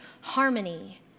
harmony